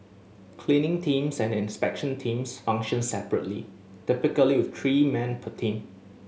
cleaning teams and inspection teams function separately typically with three men per team